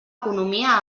economia